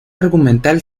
argumental